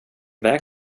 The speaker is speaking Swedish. väg